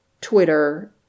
Twitter